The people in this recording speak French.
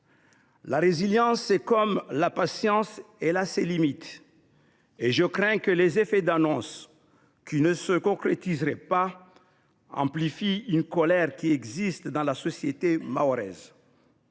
la résilience, comme la patience, a ses limites ! Et je crains que les effets d’annonce non concrétisés amplifient une colère qui existe dans la société mahoraise,